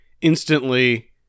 instantly